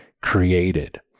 created